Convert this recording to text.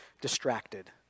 distracted